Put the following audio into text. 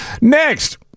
Next